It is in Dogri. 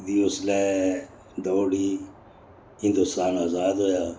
दी उसलै दौड़ ही हिंदोस्तान आजाद होआ